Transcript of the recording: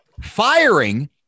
firing